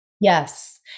Yes